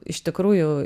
iš tikrųjų